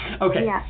Okay